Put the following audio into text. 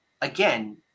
again